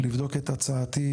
לבדוק את הצעתי,